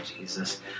Jesus